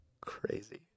Crazy